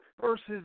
versus